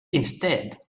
instead